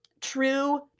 true